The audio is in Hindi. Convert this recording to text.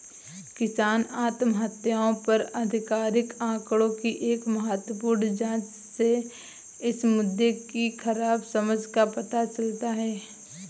किसान आत्महत्याओं पर आधिकारिक आंकड़ों की एक महत्वपूर्ण जांच से इस मुद्दे की खराब समझ का पता चलता है